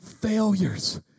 failures